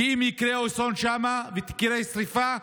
כי אם יקרה אסון שם ותקרה שרפה,